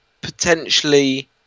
potentially